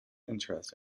interest